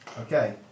Okay